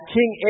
King